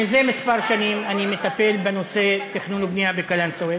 מזה כמה שנים אני מטפל בנושא תכנון ובנייה בקלנסואה,